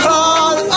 Call